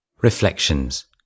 Reflections